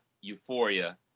euphoria